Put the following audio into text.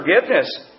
forgiveness